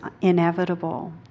inevitable